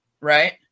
right